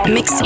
Mix